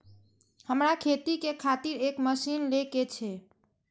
हमरा खेती के खातिर एक मशीन ले के छे?